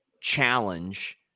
challenge